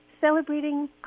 celebrating